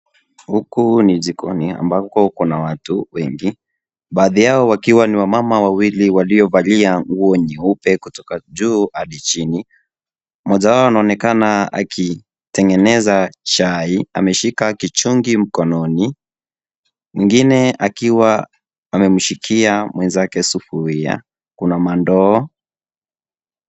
Huku ni kikoni ambapo kuna watu wengi, baadhi yao wakiwa ni wamama wawili waliovalia nguo nyeupe kutoka juu hadi chini. Mwenzao anaonekana akitengeneza chai, ameshika kichungi mkononi, mwingine akiwa amemshikia mwenzake sufuria. Kuna mandoo.